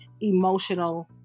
Emotional